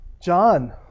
John